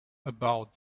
about